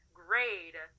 grade